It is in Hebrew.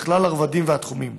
בכלל הרבדים והתחומים.